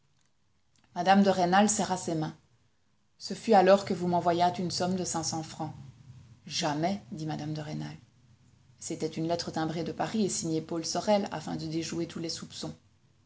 de rênal serra ses mains ce fut alors que vous m'envoyâtes une somme de cinq cents francs jamais dit mme de rênal c'était une lettre timbrée de paris et signée paul sorel afin de déjouer tous les soupçons